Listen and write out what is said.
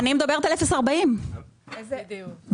אני מדברת על 0 עד 40. מלון